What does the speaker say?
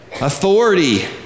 Authority